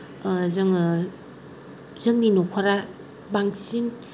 जोङो जोंनि न'खरा बांसिन